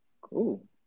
Cool